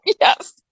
Yes